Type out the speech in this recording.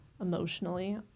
emotionally